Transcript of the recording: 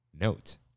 note